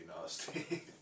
nasty